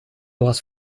was